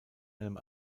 einem